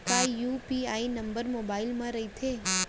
का UPI number mobile म रहिथे?